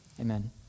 Amen